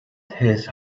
his